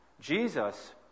Jesus